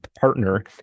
partner